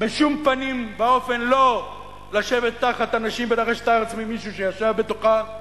בשום פנים ואופן לא לשבת תחת אנשים ולרשת את הארץ ממישהו שישב בתוכה,